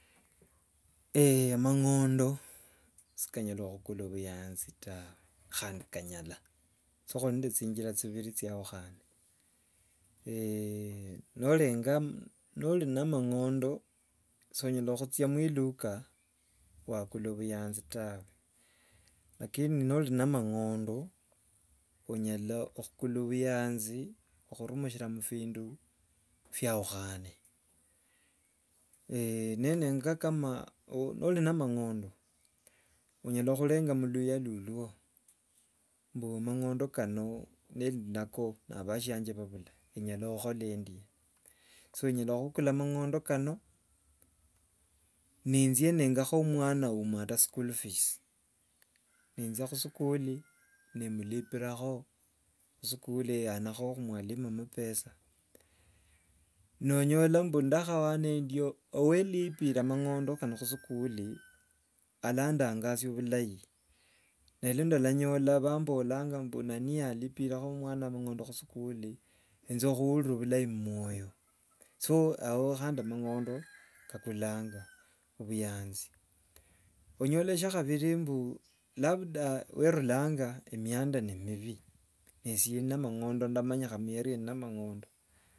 amang'ondo sikanyala khukula obuyanzi tawe khandi kanyala, ao khuri nende chinjira chibiri chaukhane norenga nori na mang'ondo sonyala khacha mwiluka wakula buyanzi tawe, lakini nori na amang'ondo onyala khukula obuyanzi khurumoshira muvindu byaukhane ne- nenga kama nori na amang'ondo onyala khurenga muluyaa lulwo mbu amang'ondo kano nindi nako na abhasienje bhabula enyala okhola endye, so nyala khuukula mang'ondo kano ninja ningaakhoo mwana wewu school fees ninja muskuli ni mulipirakho, muskuli yanakho mwalimu amapesa. Nonyola mbu ni- ndakhawana endyo owendipire amang'ondo kano khusukuli alandangasia bhulai. Ne- lenda- nyola bhaambolanga mbu nani yalipirekho omwana amang'ondo muskuli enjo- khuurira bhulai mumwoyo. So ao khandi mang'ondo kakulanga obuyanzi. Onyola shya habiri mbu labda wirulanga emianda ne- emibi, nesye ndio na mang'ondo, ndamanyikha mu- area ndio na amang'ondo.